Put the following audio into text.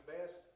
Best